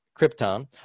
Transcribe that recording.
Krypton